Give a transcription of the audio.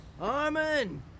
Armin